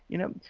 you know,